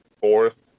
fourth